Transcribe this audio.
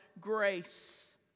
grace